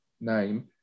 name